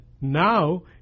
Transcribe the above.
now